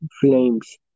flames